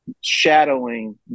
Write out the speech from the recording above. shadowing